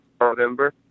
November